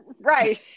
Right